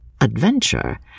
adventure